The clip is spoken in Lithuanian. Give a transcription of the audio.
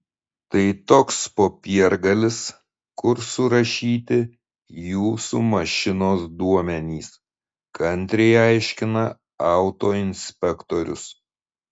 tai toks popiergalis kur surašyti jūsų mašinos duomenys kantriai aiškina autoinspektorius